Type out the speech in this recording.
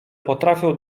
potrafią